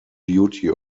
beauty